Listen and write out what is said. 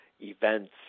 events